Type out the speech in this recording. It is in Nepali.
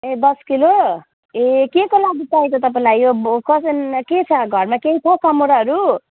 ए दस किलो ए केको लागि चाहिएको तपईँलाई यो कसन् के छ घरमा केही छ समोराहरू